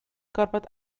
gorfod